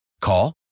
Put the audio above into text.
Call